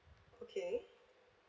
okay